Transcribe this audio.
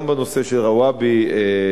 רוואבי, רוואבי.